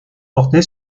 portée